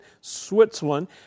Switzerland